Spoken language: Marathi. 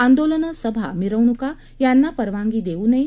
आंदोलने सभा मिरवणूका यांना परवानगी देऊ नये